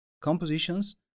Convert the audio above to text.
compositions